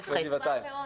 וגבעתיים.